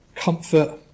Comfort